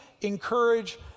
encourage